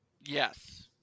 yes